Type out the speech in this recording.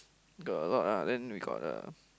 got alot lah then we got the